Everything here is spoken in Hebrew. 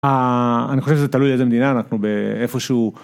אני חושב שזה תלוי על איזה מדינה אנחנו באיפה שהוא.